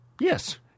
Yes